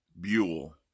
Buell